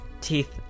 teeth